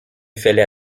fallait